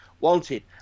wanted